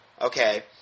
Okay